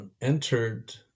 entered